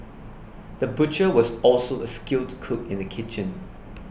the butcher was also a skilled cook in the kitchen